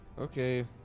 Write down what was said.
Okay